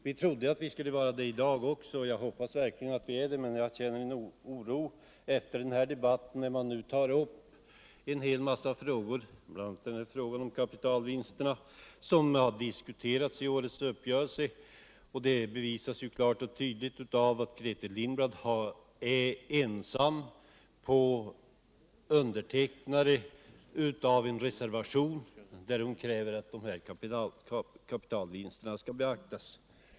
Vi trodde att vi skulle vara det i dag också, och jag hoppas verkligen att vi är det, men jag känner oro efter denna debatt där man har tagit upp en hel mängd frågor, bl.a. den om kapitalvinsterna som här diskuterats i årets uppgörelse. Det bevisas ju klart och tydligt av att Grethe Lundblad är ensam undertecknare av den reservation där hon kräver att de här kapitalvinsterna skall beaktas.